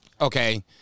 Okay